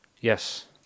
Yes